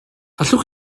allwch